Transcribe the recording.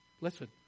Listen